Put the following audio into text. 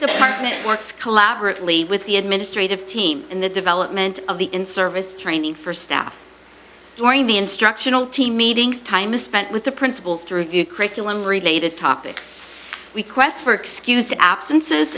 department works collaboratively with the administrative team in the development of the in service training for staff during the instructional team meetings time is spent with the principals to review curriculum related topics we quest for excused absences